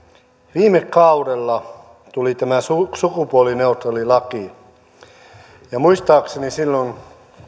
viime kaudella tuli tämä sukupuolineutraali laki ja muistaakseni silloin kun